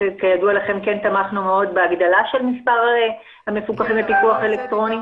אנחנו תמכנו מאוד בהגדלה של מספר המפוקחים בפיקוח האלקטרוני.